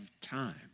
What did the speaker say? time